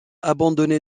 abandonné